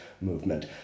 movement